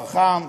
חכם,